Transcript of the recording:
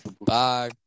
Bye